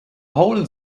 hole